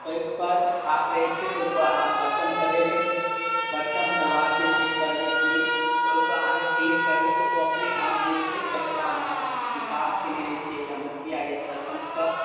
ओइपर छाप रहय छै ओइपर अहाँ बटन दबेबय बटन दबाके जे करबय की ओइपर अहाँके क्लिक करबय तऽ ओ अपने आप जे छै जकरा अहाँ विकास केने रहय छियै या मुखिआ या सरपञ्चके